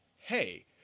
hey